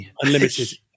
unlimited